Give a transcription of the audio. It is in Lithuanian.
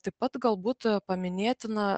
taip pat galbūt paminėtina